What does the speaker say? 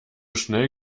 schnell